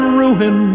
ruin